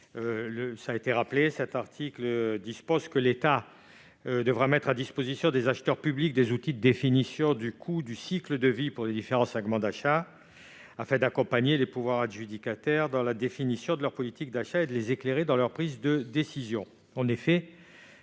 Il s'agit de faire en sorte que l'État mette à disposition des acheteurs publics des outils de définition du coût du cycle de vie pour les différents segments d'achat, afin d'accompagner les pouvoirs adjudicateurs dans la définition de leur politique d'achat et de les éclairer dans leur prise de décision.